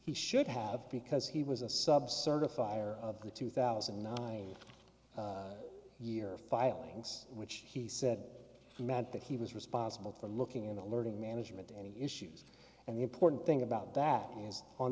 he should have because he was a sub certifier of the two thousand and nine year filings which he said meant that he was responsible for looking into learning management any issues and the important thing about that is on